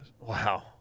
Wow